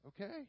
Okay